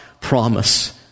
promise